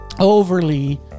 Overly